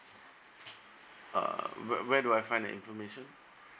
uh where do I find the information